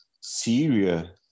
Syria